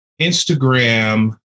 Instagram